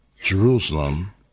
Jerusalem